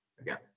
again